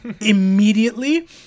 Immediately